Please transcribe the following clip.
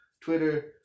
Twitter